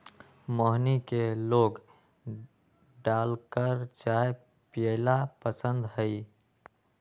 मोहिनी के लौंग डालकर चाय पीयला पसंद हई